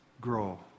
Grow